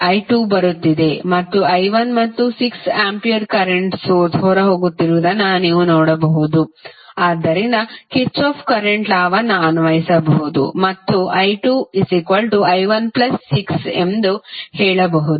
i2 ಬರುತ್ತಿದೆ ಮತ್ತು i1 ಮತ್ತು 6 ಆಂಪಿಯರ್ ಕರೆಂಟ್ ಸೋರ್ಸ್ ಹೊರಹೋಗುತ್ತಿರುವುದನ್ನು ನೀವು ನೋಡಬಹುದು ಆದ್ದರಿಂದ ಕಿರ್ಚಾಫ್ ಕರೆಂಟ್ ಲಾವನ್ನು ಅನ್ವಯಿಸಬಹುದು ಮತ್ತು i2i16 ಎಂದು ಹೇಳಬಹುದು